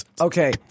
Okay